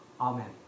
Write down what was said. Amen